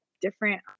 different